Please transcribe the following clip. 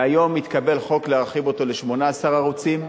והיום התקבל חוק להרחיב ל-18 ערוצים.